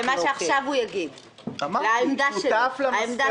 לגבי מה שעכשיו הוא יגיד, לגבי העמדה שלו.